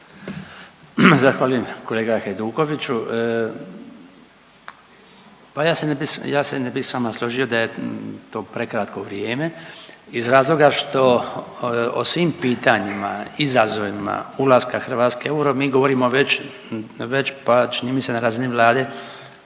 Zahvaljujem. Kolega Hajdukoviću, pa ja se ne bi, ja se ne bi s vama složio da je to prekratko vrijeme iz razloga što o svim pitanjima i izazovima ulaska Hrvatske u euro mi govorimo već, već, pa čini mi se na razini vlade